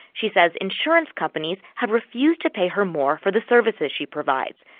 she said, insurance companies have refused to pay her more for the services she provides.